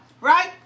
right